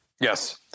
Yes